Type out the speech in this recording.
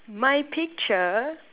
my picture